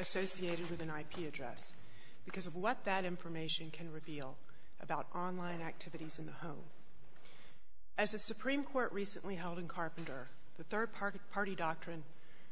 associated with an ip address because of what that information can reveal about online activities in the home as the supreme court recently held in carpenter the rd party party doctrine